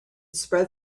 spread